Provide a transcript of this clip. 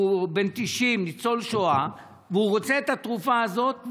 הוא בן 90, ניצול שואה, והוא רוצה את התרופה הזאת.